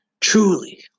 truly